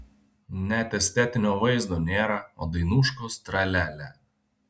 net estetinio vaizdo nėra o dainuškos tra lia lia